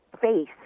face